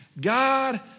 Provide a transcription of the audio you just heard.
God